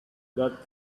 that